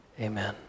amen